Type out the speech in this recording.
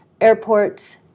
airports